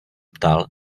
ptal